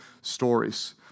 stories